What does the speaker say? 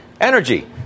energy